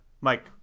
Mike